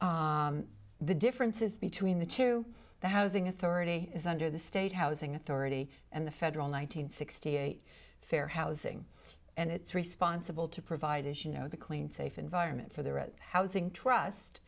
needs the differences between the two the housing authority is under the state housing authority and the federal one nine hundred sixty eight fair housing and it's responsible to provide as you know the clean safe environment for the red housing trust